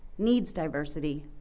needs diversity.